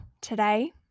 today